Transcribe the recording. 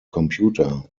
computer